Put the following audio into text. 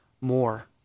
more